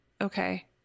Okay